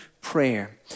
prayer